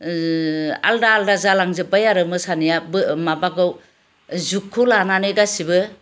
आलदा आलदा जालांजोब्बाय आरो मोसानायाबो माबाखौ जुगखौ लानानै गासैबो